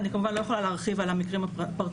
אני כמובן לא יכולה להרחיב על המקרים הפרטניים,